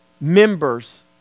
Members